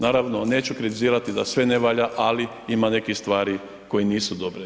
Naravno, neću kritizirati da sve ne valja ali ima nekih stvari koje nisu dobre.